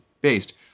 based